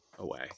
away